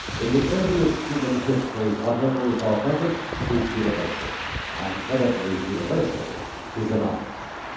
in the earliest human history whatever is authentic is universal and whatever is universal is anonymous.